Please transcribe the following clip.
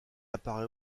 apparait